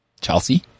Chelsea